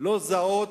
לא זעות?